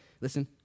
listen